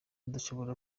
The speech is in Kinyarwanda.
dushobora